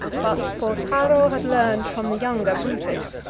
but porcaro had learned from the younger brutus,